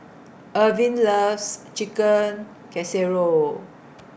Irvine loves Chicken Casserole